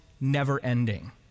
never-ending